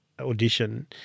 audition